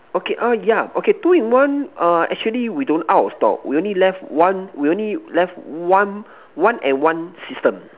okay uh yeah okay two in one err actually we don't out of stock we only left one we only left one one and one system